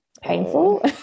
painful